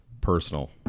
personal